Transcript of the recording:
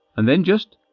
and then just.